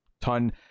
ton